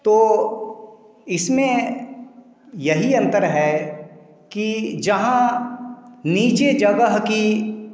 तो इसमें यही अंतर है कि जहाँ नीचे जगह की